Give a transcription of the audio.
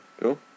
Cool